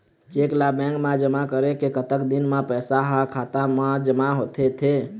Cheque ला bank मा जमा करे के कतक दिन मा पैसा हा खाता मा जमा होथे थे?